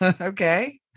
okay